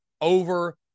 over